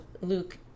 Luke